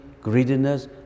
greediness